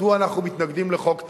מדוע אנחנו מתנגדים לחוק טל?